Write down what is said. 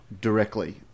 Directly